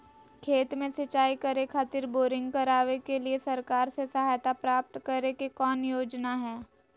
खेत में सिंचाई करे खातिर बोरिंग करावे के लिए सरकार से सहायता प्राप्त करें के कौन योजना हय?